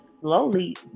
slowly